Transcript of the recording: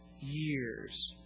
years